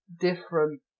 different